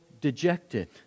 dejected